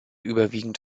überwiegend